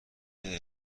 های